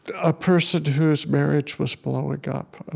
a person whose marriage was blowing up,